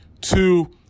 two